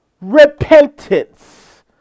repentance